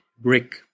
brick